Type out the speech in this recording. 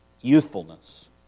youthfulness